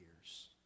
years